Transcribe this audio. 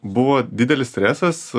ir buvo didelis stresas